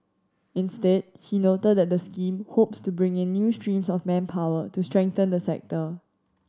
instead he noted that the scheme hopes to bring in new streams of manpower to strengthen the sector